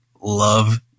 love